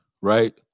right